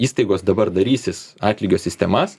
įstaigos dabar darysis atlygio sistemas